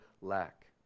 lack